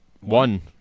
one